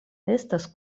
estas